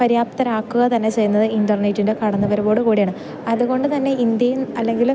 പര്യാപ്തരാക്കുക തന്നെ ചെയ്യുന്നത് ഇൻ്റർനെറ്റിൻ്റെ കടന്ന് വരവോടു കൂടിയാണ് അത്കൊണ്ട് തന്നെ ഇന്ത്യയും അല്ലെങ്കിൽ